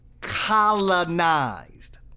colonized